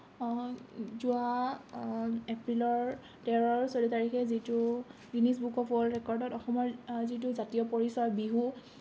যোৱা এপ্ৰিলৰ তেৰ আৰু চৌধ তাৰিখে যিটো গিনিজ বুক অফ ৱৰ্ল্ড ৰেকৰ্ডত অসমৰ যিটো জাতীয় পৰিচয় বিহু